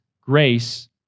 grace